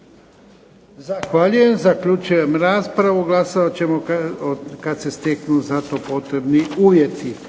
Zahvaljujem. Zaključujem raspravu. Glasovat ćemo kad se steknu za to potrebni uvjeti.